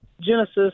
Genesis